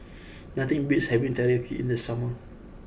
nothing beats having Teriyaki in the summer